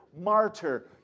martyr